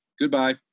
Goodbye